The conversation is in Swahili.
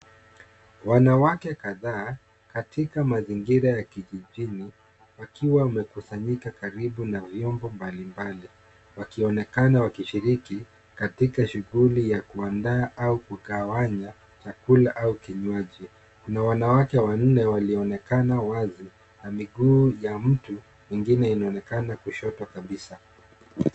Wanawake kadhaa katika mazingira ya kijijini wakiwa wamekusanyika karibu na vyombo mbalimbali, wakionekana wakishiriki katika shughuli ya kuandaa au kugawanya chakula au kinywaji. Kuna wanawake wanne walionekana wazi, na miguu ya mtu mwingine inaonekana kushoto kabisa.